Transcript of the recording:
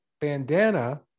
bandana